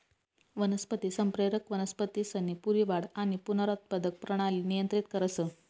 वनस्पती संप्रेरक वनस्पतीसनी पूरी वाढ आणि पुनरुत्पादक परणाली नियंत्रित करस